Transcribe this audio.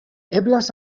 eblas